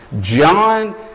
John